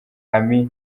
amy